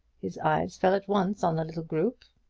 his eyes fell at once on the little group.